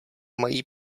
mají